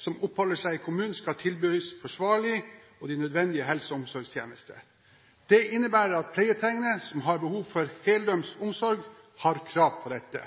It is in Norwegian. som oppholder seg i kommunen, skal tilbys forsvarlige og nødvendige helse- og omsorgstjenester. Det innebærer at pleietrengende som har behov for heldøgns omsorg, har krav på dette.